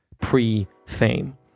pre-fame